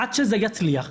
עד שזה יצליח,